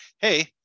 hey